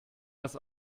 das